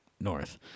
north